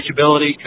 reachability